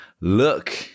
look